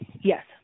Yes